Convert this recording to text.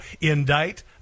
indict